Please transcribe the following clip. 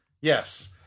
yes